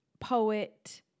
poet